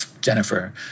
Jennifer